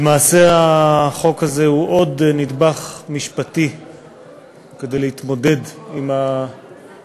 למעשה החוק הזה הוא עוד נדבך משפטי להתמודד עם המכה